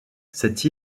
cette